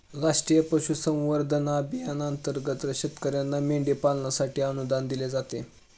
राष्ट्रीय पशुसंवर्धन अभियानांतर्गत शेतकर्यांना मेंढी पालनासाठी अनुदान दिले जाते